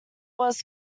was